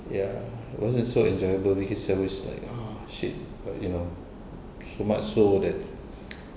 ya wasn't so enjoyable because I was like ah shit you know so much so that